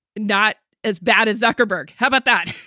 not as bad as zuckerberg. how about that?